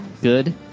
Good